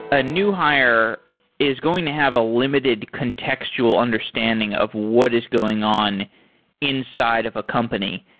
a new hire is going to have a limited contextual understanding of what is going on inside of a company,